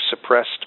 suppressed